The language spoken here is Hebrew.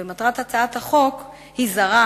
מטרת הצעת החוק זרה,